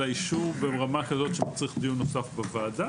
אלא אישור ברמה כזאת שצריך דיון נוסף בוועדה.